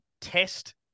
Test